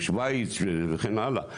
שוויץ וכן הלאה.